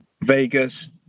Vegas